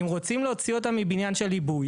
אם רוצים להוציא אותם מבניין של עיבוי,